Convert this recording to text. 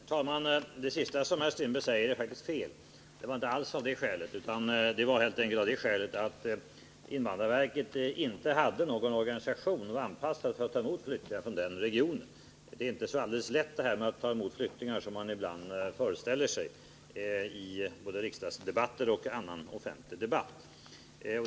Herr talman! Det sista herr Strindberg säger är faktiskt fel. Det var inte alls av det skälet som man var tveksam inom invandrarverket, utan skälet var att invandrarverket inte hade någon organisation som var anpassad för att ta emot flyktingar från den regionen. Det är inte så lätt att ta emot flyktingar som man ibland föreställer sig både i riksdagsdebatter och i annan offentlig debatt.